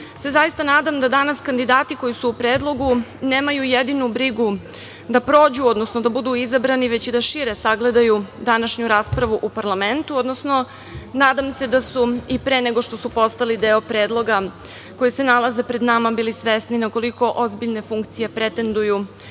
se zaista nadam da danas kandidati koji su u predlogu nemaju jedinu brigu da prođu, odnosno da budu izbrani, već i da šire sagledaju današnju raspravu u parlamentu, odnosno nadam se da su i pre nego što su postali deo predloga koji se nalazi pred nama bili svesni na koliko ozbiljne funkcije pretenduju, svesni